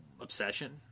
obsession